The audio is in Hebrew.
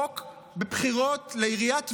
הבחירות לעיריית טבריה,